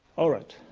alright,